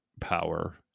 power